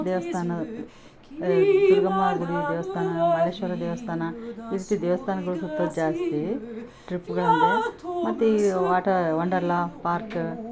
ದೇವಸ್ಥಾನ ದುರ್ಗಮ್ಮ ಗುಡಿ ದೇವಸ್ಥಾನ ಮಲೇಶ್ವರ ದೇವಸ್ಥಾನ ಈ ರೀತಿ ದೇವಸ್ಥಾನಗಳು ಸುತ್ತೋದು ಜಾಸ್ತಿ ಟ್ರಿಪ್ಗಳು ಅಂದೆ ಮತ್ತೆ ಈ ವಾಟ ವಂಡರ್ಲಾ ಪಾರ್ಕ್